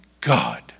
God